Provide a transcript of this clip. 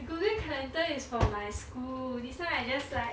google calendar is for my school this time I just like